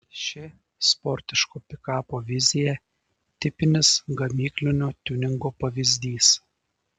ši sportiško pikapo vizija tipinis gamyklinio tiuningo pavyzdys